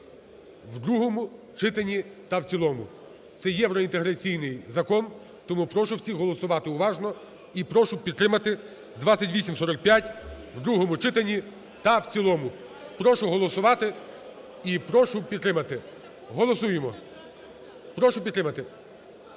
в другому читанні та в цілому. Це євроінтеграційний закон, тому прошу всіх голосувати уважно і прошу підтримати 2845 в другому читанні та в цілому. Прошу голосувати і прошу підтримати. Голосуємо. Прошу підтримати.